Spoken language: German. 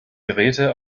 geräte